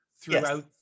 throughout